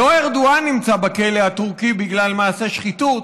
לא ארדואן נמצא בכלא הטורקי בגלל מעשה שחיתות.